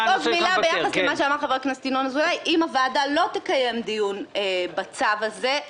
אם הוועדה לא תקיים דיון בצו הזה,